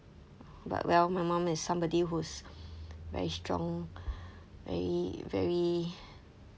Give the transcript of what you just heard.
but well my mum is somebody who's very strong very very